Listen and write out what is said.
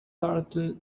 turtle